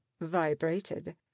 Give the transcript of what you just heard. vibrated